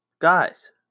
Guys